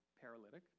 paralytic